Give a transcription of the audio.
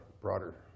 broader